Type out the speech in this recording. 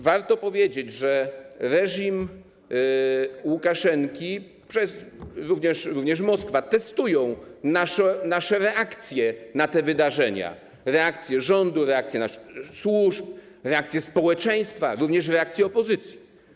Warto powiedzieć, że reżim Łukaszenki, również Moskwa, testują nasze reakcje na te wydarzenia, reakcje rządu, reakcje służb, reakcje społeczeństwa, również reakcje opozycji.